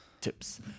tips